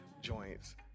joints